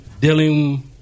dealing